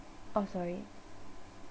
oh sorry